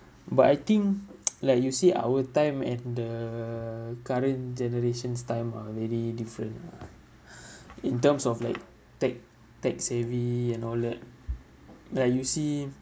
but I think like you said our time and the current generations time are really different lah in terms of like tech tech savvy and all that like you see